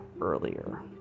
earlier